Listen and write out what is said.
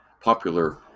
popular